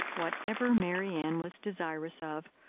whatever marianne was desirous of,